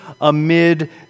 amid